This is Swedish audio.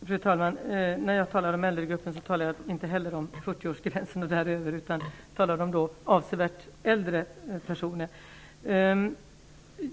Fru talman! När jag talar om äldregruppen talar inte jag heller om personer vid 40-årsgränsen och där över, utan jag talar om avsevärt äldre personer.